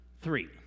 three